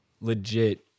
legit